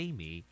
Amy